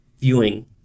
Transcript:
viewing